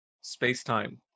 space-time